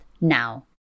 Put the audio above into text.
now